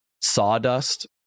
sawdust